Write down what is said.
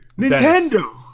Nintendo